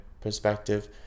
perspective